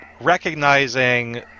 recognizing